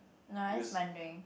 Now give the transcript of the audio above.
no I just wondering